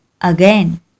again